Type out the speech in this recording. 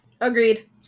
agreed